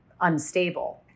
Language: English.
unstable